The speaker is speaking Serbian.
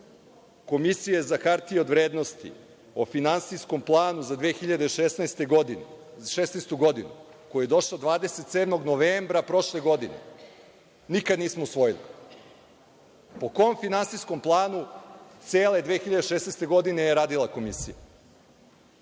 Komisije za hartije od vrednosti o finansijskom planu za 2016. godinu, koji je došao 27. novembra prošle godine, nikad nismo usvojili? Po kom finansijskom planu je cele 2016. godine radila Komisija?